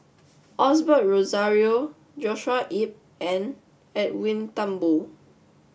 Osbert Rozario Joshua Ip and Edwin Thumboo